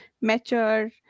mature